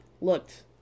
looked